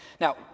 now